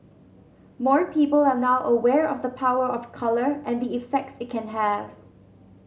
more people are now aware of the power of colour and the effects it can have